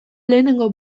lehenengo